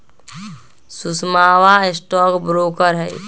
सुषमवा stock broker हई